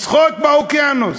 לשחות באוקיינוס.